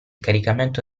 caricamento